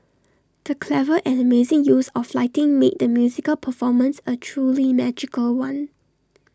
the clever and amazing use of lighting made the musical performance A truly magical one